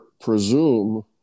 presume